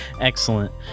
Excellent